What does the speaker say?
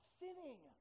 sinning